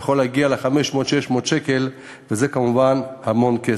יכול להגיע ל-500 600 שקל, וזה כמובן המון כסף.